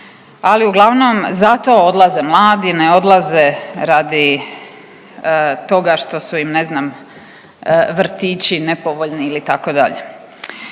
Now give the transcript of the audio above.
ali uglavnom zato odlaze mladi, ne odlaze radi toga što su im ne znam vrtići nepovoljni ili tako dalje.